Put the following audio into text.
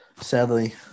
sadly